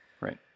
Right